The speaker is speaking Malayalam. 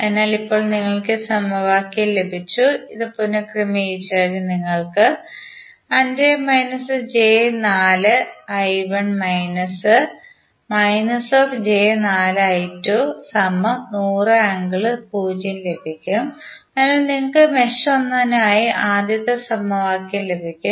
അതിനാൽ ഇപ്പോൾ നിങ്ങൾക്ക് ഈ സമവാക്യം ലഭിച്ചു ഇത് പുനർക്രമീകരിച്ചാൽ നിങ്ങൾക്ക് 5−j4I1 −−j4I2 100∠0 ലഭിക്കും അതിനാൽ നിങ്ങൾക്ക് മെഷ് ഒന്നിനായി ആദ്യത്തെ സമവാക്യം ലഭിക്കും